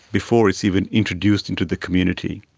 before it's even introduced into the community.